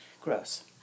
Gross